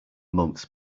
months